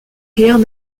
guerres